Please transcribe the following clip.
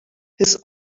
his